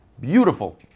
Beautiful